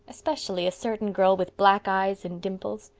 especially a certain girl with black eyes and dimples.